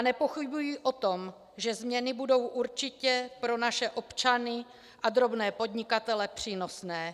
Nepochybuji o tom, že změny budou určitě pro naše občany a drobné podnikatele přínosné.